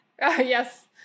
yes